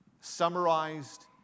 summarized